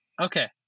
Okay